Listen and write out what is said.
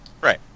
Right